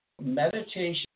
Meditation